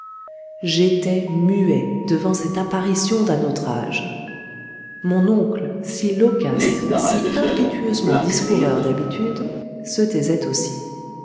j'étais muet devant cette apparition d'un autre âge mon oncle si loquace si impétueusement discoureur d'habitude se taisait aussi